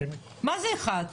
מה זה אחד?